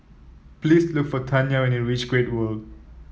please look for Tanya when you reach Great World